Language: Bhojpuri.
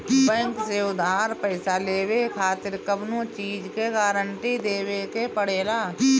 बैंक से उधार पईसा लेवे खातिर कवनो चीज के गारंटी देवे के पड़ेला